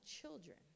children